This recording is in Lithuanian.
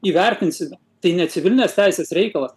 įvertinsime tai ne civilinės teisės reikalas